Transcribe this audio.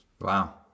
Wow